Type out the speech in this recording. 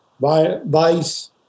vice